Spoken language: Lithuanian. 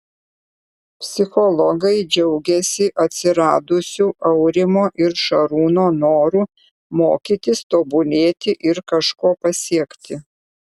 psichologai džiaugiasi atsiradusiu aurimo ir šarūno noru mokytis tobulėti ir kažko pasiekti